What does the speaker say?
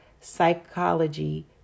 psychology